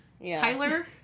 Tyler